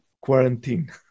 quarantine